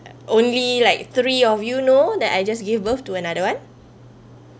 only like three of you know that I just give birth to another one